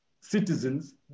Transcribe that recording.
citizens